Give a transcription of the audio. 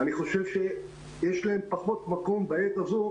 אני חושב שיש להם פחות מקום בעת הזאת,